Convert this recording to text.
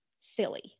silly